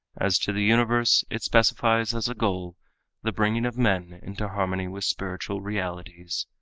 as to the universe it specifies as a goal the bringing of men into harmony with spiritual realities,